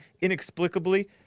inexplicably